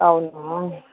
అవునా